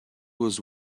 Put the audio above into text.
was